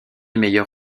meilleur